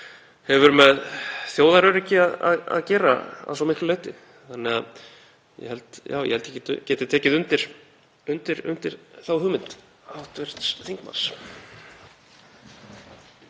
hefur með þjóðaröryggi að gera að svo miklu leyti, þannig að ég held ég geti tekið undir þá hugmynd hv. þingmanns.